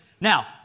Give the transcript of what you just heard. Now